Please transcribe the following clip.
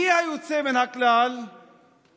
מי היוצא מן הכלל שנרצח?